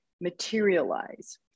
materialize